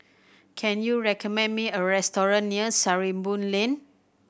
can you recommend me a restaurant near Sarimbun Lane